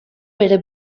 bere